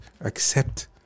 accept